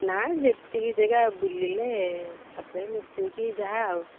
ନା ଯେତିକି ଯାଗା ବୁଲିଲେ ଥାପେ ମିଶାଇକି ଯାହା ଆଉ